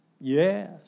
Yes